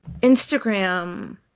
Instagram